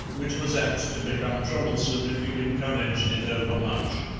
which was apt to become troublesome if you encouraged it overmuch.